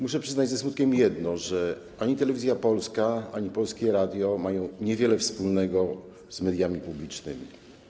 Muszę przyznać ze smutkiem jedno: ani Telewizja Polska, ani Polskie Radio nie mają wiele wspólnego z mediami publicznymi.